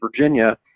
Virginia